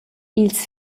ils